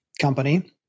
company